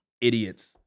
idiots